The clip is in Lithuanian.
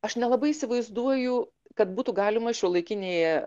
aš nelabai įsivaizduoju kad būtų galima šiuolaikinėje